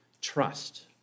trust